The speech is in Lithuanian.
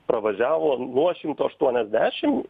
pravažiavo nuo šimto aštuoniasdešim